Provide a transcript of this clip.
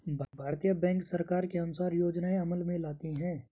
भारतीय बैंक सरकार के अनुसार योजनाएं अमल में लाती है